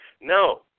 No